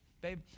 babe